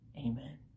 amen